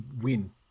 win